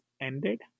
ended